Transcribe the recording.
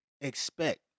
expect